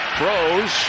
Throws